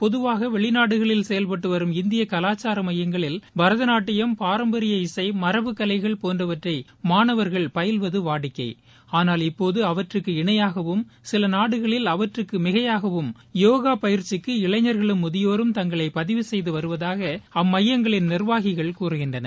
பொதவாக வெளிநாடுகளில் செயல்பட்டுவரும் இந்திய கலாச்சார மையங்களில் பாதநாட்டியம் பாரம்பரிய இசை மாபு கலைகள் போன்றவற்றை மாணவர்கள் பயில்வது வாடிக்கை ஆனால் இப்போது அவற்றிற்கு இணையாகவும் சில நாடுகளில் அவற்றிற்கு மிகையாகவும் யோகா பயிற்சிங்கு இளைபோர்களும் முதியோர்களும் தங்களை பதிவு செய்து வருவதாக அந்த மையங்களின் நிர்வாகிகள் கூறகின்றனர்